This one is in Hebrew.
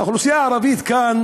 האוכלוסייה הערבית כאן